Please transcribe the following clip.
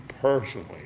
personally